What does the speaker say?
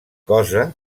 cosa